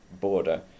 border